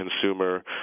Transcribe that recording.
consumer